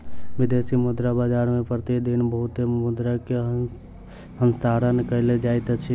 विदेशी मुद्रा बाजार मे प्रति दिन बहुत मुद्रा के हस्तांतरण कयल जाइत अछि